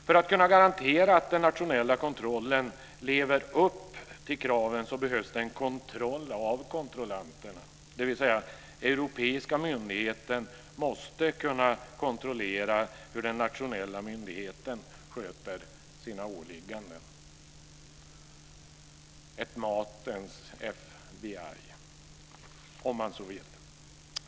För att kunna garantera att den nationella kontrollen lever upp till kraven behövs det en kontroll av kontrollanterna, dvs. den europeiska myndigheten måste kunna kontrollera hur den nationella myndigheten sköter sina åligganden - ett matens FBI om man så vill.